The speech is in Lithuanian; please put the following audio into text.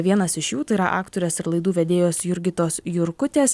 vienas iš jų tai yra aktorės ir laidų vedėjos jurgitos jurkutės